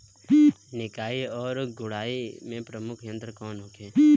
निकाई और गुड़ाई के प्रमुख यंत्र कौन होखे?